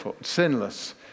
sinless